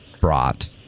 brought